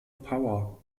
power